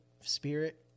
spirit